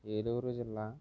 ఏలూరు జిల్లా